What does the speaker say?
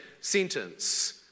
sentence